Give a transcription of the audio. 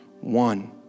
one